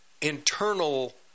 internal